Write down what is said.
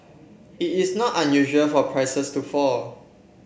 it is not unusual for prices to fall